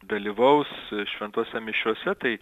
dalyvaus šventose mišiose tai